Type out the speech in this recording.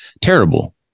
terrible